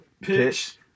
pitch